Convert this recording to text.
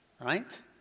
right